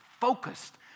focused